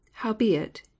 Howbeit